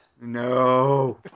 No